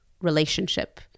relationship